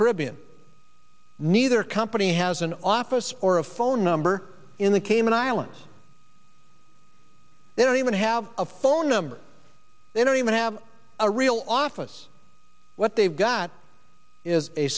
caribbean neither company has an office or a phone number in the cayman islands they don't even have a phone number they don't even have a real office what they've got is a